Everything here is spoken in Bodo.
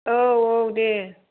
औ औ दे